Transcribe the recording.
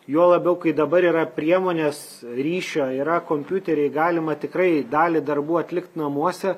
juo labiau kai dabar yra priemonės ryšio yra kompiuteriai galima tikrai dalį darbų atlikt namuose